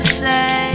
say